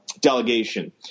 delegation